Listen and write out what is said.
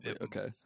okay